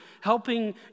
helping